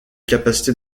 capacité